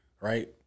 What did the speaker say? right